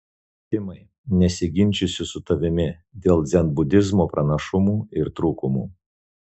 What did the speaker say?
timai nesiginčysiu su tavimi dėl dzenbudizmo pranašumų ir trūkumų